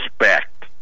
respect